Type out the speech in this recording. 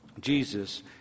Jesus